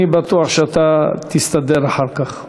אני בטוח שאתה תסתדר אחר כך.